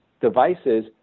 devices